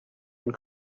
and